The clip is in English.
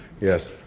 Yes